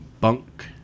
Bunk